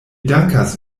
dankas